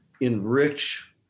enrich